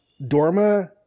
Dorma